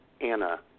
Anna